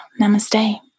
Namaste